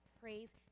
praise